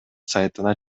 сайтына